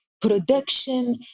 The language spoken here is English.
production